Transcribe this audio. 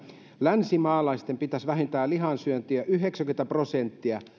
länsimaalaisten pitäisi vähentää lihansyöntiä yhdeksänkymmentä prosenttia